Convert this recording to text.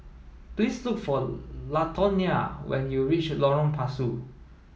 please look for Latonya when you reach Lorong Pasu